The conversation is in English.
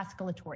escalatory